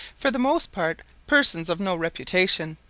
for the most part, persons of no reputation,